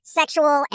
sexual